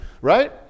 Right